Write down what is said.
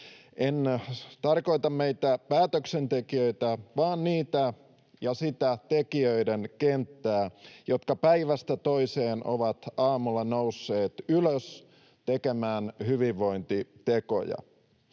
En tarkoita meitä päätöksentekijöitä vaan niitä ja sitä tekijöiden kenttää, jotka päivästä toiseen ovat aamulla nousseet ylös tekemään hyvinvointitekoja.